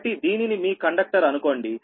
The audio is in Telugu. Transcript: కాబట్టి దీనిని మీ కండక్టర్ అనుకోండి